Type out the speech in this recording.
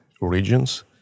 regions